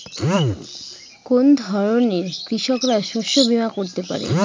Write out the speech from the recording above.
কোন ধরনের কৃষকরা শস্য বীমা করতে পারে?